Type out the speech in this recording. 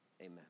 amen